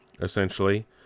essentially